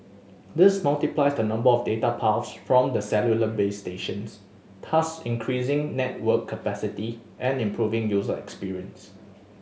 this multiplies the number of data paths from the cellular base stations thus increasing network capacity and improving user experience